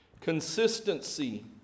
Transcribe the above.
Consistency